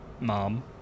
mom